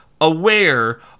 aware